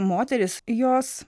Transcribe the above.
moterys jos